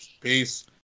peace